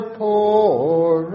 poor